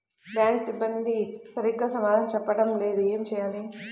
Bank సిబ్బంది సరిగ్గా సమాధానం చెప్పటం లేదు ఏం చెయ్యాలి?